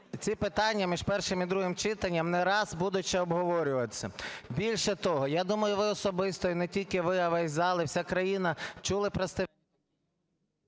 ці питання між першим і другим читанням не раз будуть ще обговорюватися. Більше того, я думаю, ви особисто і не тільки ви, але і зал, і вся країна чули… ГОЛОВУЮЧИЙ.